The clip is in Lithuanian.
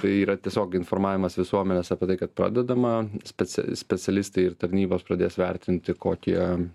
tai yra tiesiog informavimas visuomenės apie tai kad pradedama specia specialistai ir tarnybos pradės vertinti kokią